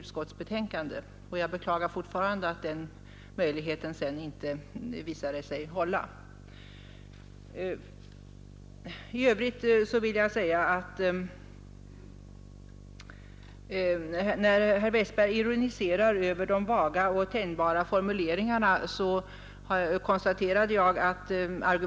Det skulle heta, att det inte synes innebära ”någon försämrad service”.